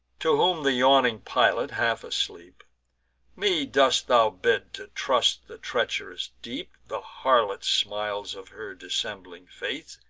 to whom the yawning pilot, half asleep me dost thou bid to trust the treach'rous deep, the harlot smiles of her dissembling face,